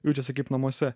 jaučiasi kaip namuose